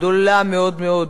גדולה מאוד-מאוד,